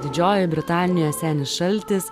didžiojoje britanijoje senis šaltis